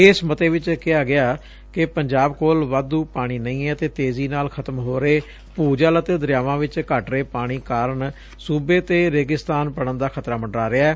ਇਸ ਮੱਤੇ ਵਿਚ ਕਿਹਾ ਗਿਅ ਕਿ ਪੰਜਾਬ ਕੋਲ ਵਾਧੁ ਪਾਣੀ ਨਹੀਂ ਏ ਅਤੇ ਤੇਜ਼ੀ ਨਾਲ ਖ਼ਤਮ ਹੋ ਰਹੇ ਭੁਜਲ ਅਤੇ ਦਰਿਆਵਾਂ ਵਿਚ ਘਟ ਰਹੇ ਪਾਣੀ ਕਾਰਨ ਸੁਬੇ ਤੇ ਰੇਗਿਸਤਾਨ ਬਣਨ ਦਾ ਖਤਰਾ ਮੰਡਰਾ ਰਿਹੈ